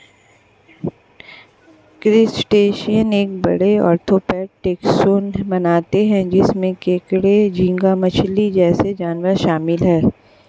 crustaceans एक बड़े, arthropod taxon बनाते हैं जिसमें केकड़े, झींगा मछली जैसे जानवर शामिल हैं